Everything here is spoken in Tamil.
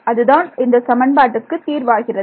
அதுதான் இந்த சமன்பாட்டுக்கு தீர்வாகிறது